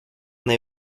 they